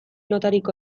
notarik